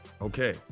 Okay